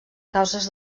causes